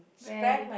very good